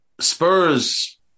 Spurs